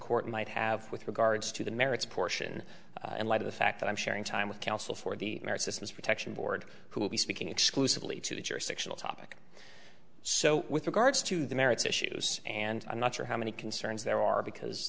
court might have with regards to the merits portion in light of the fact that i'm sharing time with counsel for the systems protection board who will be speaking exclusively to the jurisdictional topic so with regards to the merits issues and i'm not sure how many concerns there are because